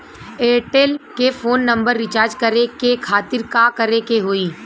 Airtel के phone number recharge करे के खातिर का करे के होई?